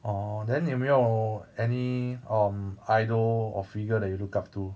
orh then 你有没有 any um idol or figure that you look up to